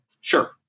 sure